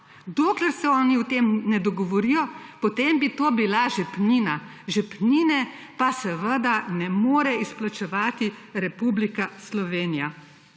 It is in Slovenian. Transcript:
Dokler se oni o tem ne dogovorijo, potem bi to bila žepnina. Žepnine pa seveda ne more izplačevati Republika Slovenija.